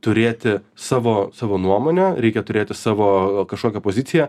turėti savo savo nuomonę reikia turėti savo kažkokią poziciją